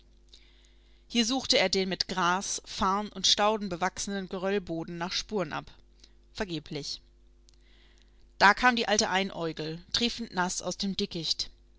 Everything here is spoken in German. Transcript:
hier suchte er den mit gras farn und stauden bewachsenen geröllboden nach spuren ab vergeblich da kam die alte einäugel triefend naß aus dem dickicht